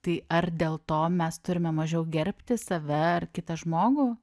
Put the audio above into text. tai ar dėl to mes turime mažiau gerbti save ar kitą žmogų